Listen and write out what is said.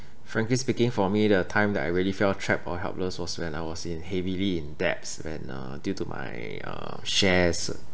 frankly speaking for me the time that I really felt trapped or helpless was when I was in heavily in debts when uh due to my uh shares